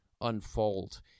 unfold